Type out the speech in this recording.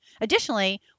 Additionally